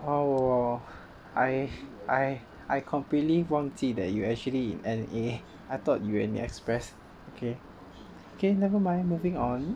ah I I I completely 忘记 that you actually in N_A I thought you in express okay K never mind moving on